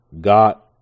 got